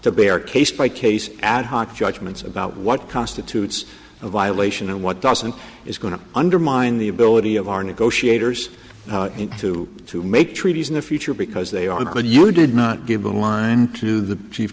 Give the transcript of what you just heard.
to bear case by case ad hoc judgments about what constitutes a violation and what doesn't is going to undermine the ability of our negotiators to to make treaties in the future because they are not and you did not give the line to the chief